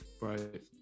Right